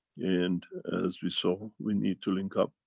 and as we saw, we need to link up,